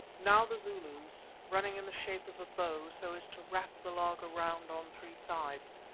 now the zulus, running in the shape of a bow so as to wrap the laager round on three sides,